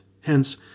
Hence